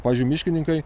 pavyzdžiui miškininkai